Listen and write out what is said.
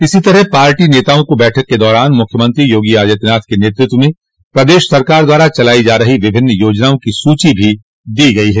इसी तरह पार्टी नेताओं को बैठक के दौरान मुख्यमंत्री योगी आदित्यनाथ के नेतृत्व में प्रदेश सरकार द्वारा चलाई जा रही विभिन्न योजनाओं की सूची भी दी गई है